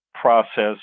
process